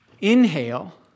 inhale